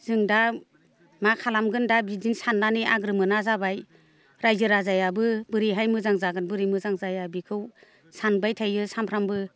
जों दा मा खालामगोन दा बिदिनो साननानै आग्रो मोना जाबाय रायजो राजायाबो बोरैहाय मोजां जागोन बोरै मोजां जाया बेखौ सानबाय थायो सानफ्रामबो